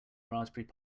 raspberry